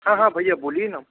हाँ हाँ भैया बोलिए ना